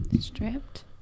Stripped